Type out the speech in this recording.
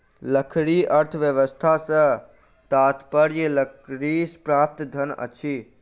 लकड़ी अर्थव्यवस्था सॅ तात्पर्य लकड़ीसँ प्राप्त धन अछि